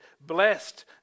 blessed